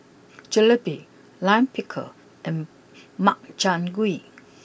Jalebi Lime Pickle and Makchang Gui